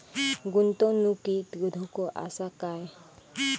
गुंतवणुकीत धोको आसा काय?